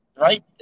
right